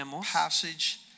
passage